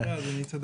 תודה אדוני.